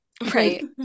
Right